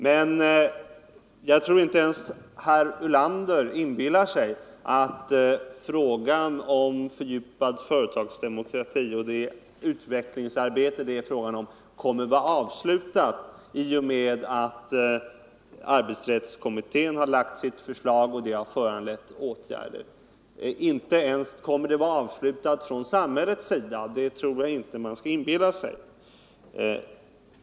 Men jag tror inte ens att herr Ulander inbillar sig att frågan om fördjupad företagsdemokrati och det utvecklingsarbete det gäller kommer att ha avslutats i och med att arbetsrättskommittén har lagt fram sitt förslag och det har föranlett åtgärder. Det arbetet kommer inte att vara avslutat från samhällets sida — det tror jag inte man skall inbilla sig.